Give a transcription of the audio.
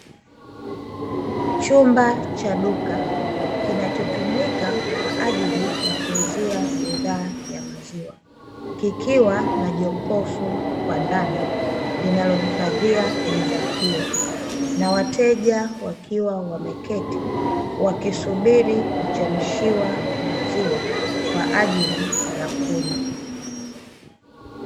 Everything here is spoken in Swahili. Chumba cha Duka kinachotumika kwa ajili ya kuuzia bidhaa ya maziwa. Kikiwa na jokofu kwa ndani, linalohifadhia bidhaa hiyo. Na wateja wakiwa wameketi, wakisubiri kuchemshiwa maziwa kwa ajili ya kunywa.